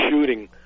shooting